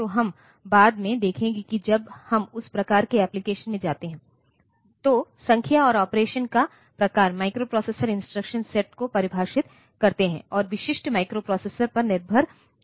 तो हम बाद में देखेंगे कि जब हम उस प्रकार के एप्लिकेशन में जाते हैं तो संख्या और ऑपरेशन का प्रकार माइक्रोप्रोसेसर इंस्ट्रक्शन सेट को परिभाषित करते हैं और विशिष्ट माइक्रोप्रोसेसर पर निर्भर करते हैं